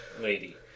lady